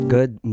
Good